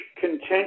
contention